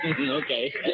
Okay